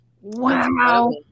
wow